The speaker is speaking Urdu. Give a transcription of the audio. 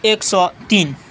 ایک سو تین